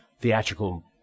theatrical